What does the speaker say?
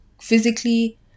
physically